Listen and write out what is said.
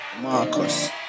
Marcus